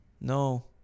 No